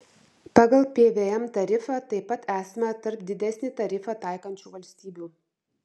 pagal pvm tarifą taip pat esame tarp didesnį tarifą taikančių valstybių